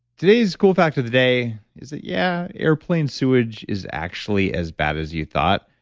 today's cool fact of the day, is it? yeah, airplane sewage is actually as bad as you thought.